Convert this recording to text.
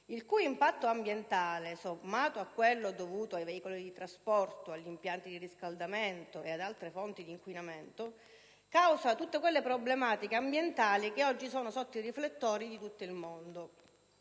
il cui impatto ambientale, sommato a quello dovuto ai veicoli da trasporto, agli impianti di riscaldamento e ad altre fonti di inquinamento, causa tutte quelle problematiche ambientali che oggi sotto i riflettori di tutto il mondo.